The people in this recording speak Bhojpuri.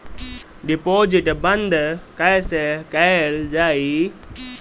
डिपोजिट बंद कैसे कैल जाइ?